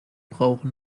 brauchen